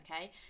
okay